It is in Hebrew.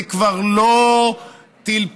זה כבר לא טיל פה,